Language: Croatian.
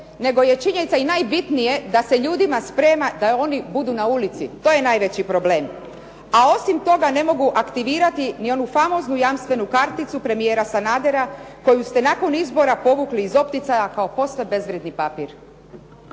nego je činjenica i najbitniej da se ljudima sprema, da oni budu na ulici. To je najveći problem. A osim toga, ne mogu aktivirati ni onu famoznu jamstvenu karticu premijera Sanadera, koju ste nakon izbora povukli iz opticaja kao posve bezvrijedni papir.